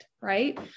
right